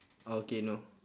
okay no